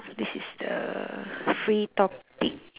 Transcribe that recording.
this is the free topic